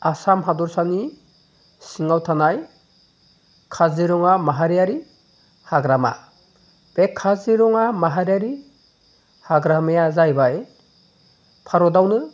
आसाम हादरसानि सिङाव थानाय काजिरङा माहारियारि हाग्रामा बे काजिरङा माहारियारि हाग्रामाया जाहैबाय भारतावनो